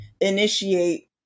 initiate